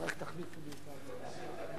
על תפיסת מקום היושב-ראש.